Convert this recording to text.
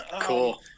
cool